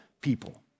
people